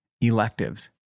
electives